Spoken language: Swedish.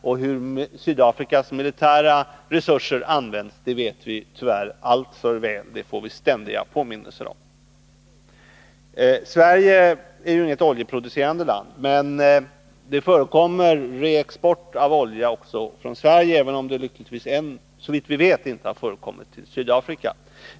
Och hur Sydafrikas militära resurser används vet vi tyvärr alltför väl — det får vi ständiga påminnelser om. Sverige är ju inget oljeproducerande land, men det förekommer reexport av olja också från Sverige, även om det ännu såvitt vi vet lyckligtvis inte skett till Sydafrika.